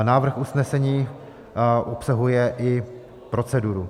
Návrh usnesení obsahuje i proceduru.